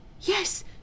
Yes